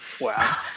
Wow